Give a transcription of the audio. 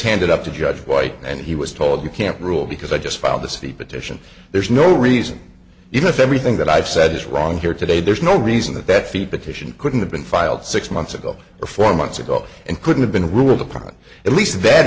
handed up to judge white and he was told you can't rule because i just filed this the petition there's no reason even if everything that i've said is wrong here today there's no reason that that feed petition couldn't have been filed six months ago or four months ago and couldn't have been ruled upon at least